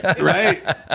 Right